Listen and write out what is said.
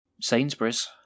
Sainsbury's